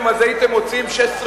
ואתם יודעים שבזירה